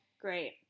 Great